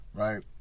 right